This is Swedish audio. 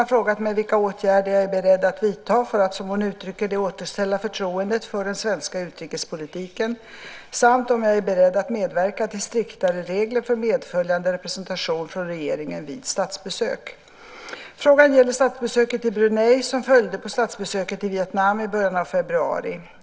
Herr talman! Birgitta Ohlsson har frågat mig vilka åtgärder jag är beredd att vidta för att, som hon utrycker det, återställa förtroendet för den svenska utrikespolitiken, samt om jag är beredd att medverka till striktare regler för medföljande representation från regeringen vid statsbesök. Frågan gäller statsbesöket i Brunei som följde på statsbesöket i Vietnam i början av februari.